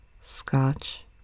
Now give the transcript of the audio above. Scotch